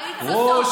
ראש